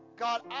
God